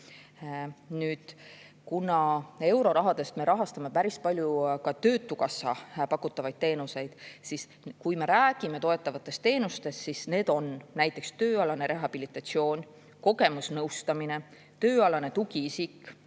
tarvis. Eurorahadest me rahastame päris palju ka töötukassa pakutavaid teenuseid. Kui me räägime toetavatest teenustest, siis need on näiteks tööalane rehabilitatsioon, kogemusnõustamine, tööalane tugiisik,